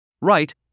Right